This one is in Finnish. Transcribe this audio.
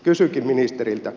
kysynkin ministeriltä